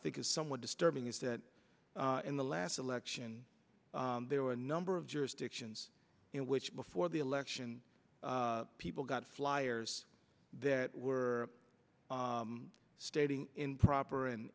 think is somewhat disturbing is that in the last election there were a number of jurisdictions in which before the election people got flyers that were stating improper and